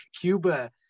Cuba